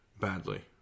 badly